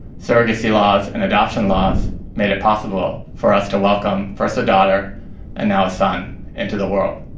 surrogacy laws and adoption laws made it possible for us to welcome first a daughter and now a son into the world.